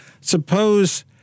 Suppose